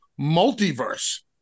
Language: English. Multiverse